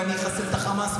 ואני אחסל את החמאס,